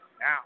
Now